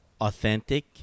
authentic